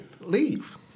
Leave